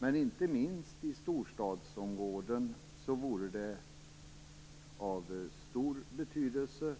Men inte minst i storstadsområden vore det av stor betydelse